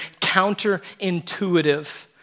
counterintuitive